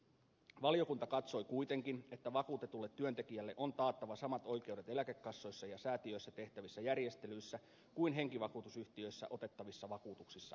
valiokunta katsoi kuitenkin että vakuutetulle työntekijälle on taattava samat oikeudet eläkekassoissa ja säätiöissä tehtävissä järjestelyissä kuin henkivakuutusyhtiöistä otettavissa vakuutuksissa on